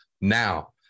now